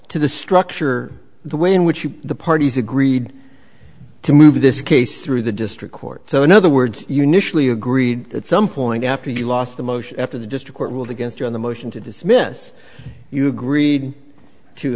to the structure the win which the parties agreed to move this case through the district court so in other words you nischelle you agreed at some point after you lost the motion after the district court ruled against you on the motion to dismiss you agreed to